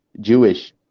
Jewish